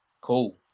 cool